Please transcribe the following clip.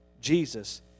Jesus